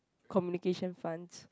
communication funds